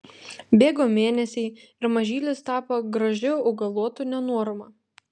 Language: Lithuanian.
bėgo mėnesiai ir mažylis tapo gražiu augalotu nenuorama